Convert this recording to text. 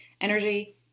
Energy